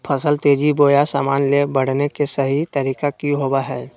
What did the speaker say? फसल तेजी बोया सामान्य से बढने के सहि तरीका कि होवय हैय?